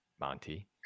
monty